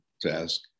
task